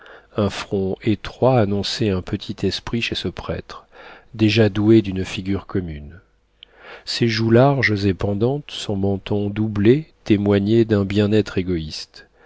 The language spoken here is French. un front étroit annonçait un petit esprit chez ce prêtre déjà doué d'une figure commune ses joues larges et pendantes son menton doublé témoignaient d'un bien-être égoïste